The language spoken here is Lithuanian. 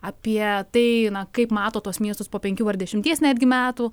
apie tai kaip mato tuos miestus po penkių ar dešimties netgi metų